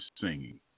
singing